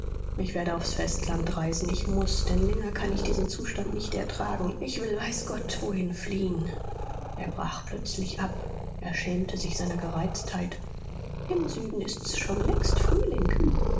ich werde aufs festland reisen ich muß denn länger kann ich diesen zustand nicht ertragen ich will weiß gott wohin fliehen er brach plötzlich ab er schämte sich seiner gereiztheit im süden ist's schon längst frühling